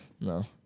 No